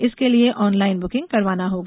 इसके लिये online booking करवाना होगा